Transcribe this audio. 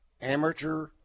amateur